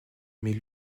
mais